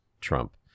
Trump